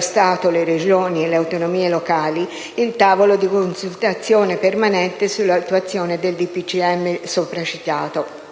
Stato, Regioni ed autonomie locali il tavolo di consultazione permanente sull'attuazione del decreto